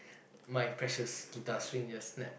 my precious guitar string just snapped